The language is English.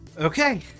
Okay